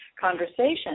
conversation